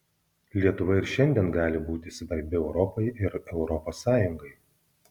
lietuva ir šiandien gali būti svarbi europai ir europos sąjungai